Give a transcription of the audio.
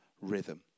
rhythm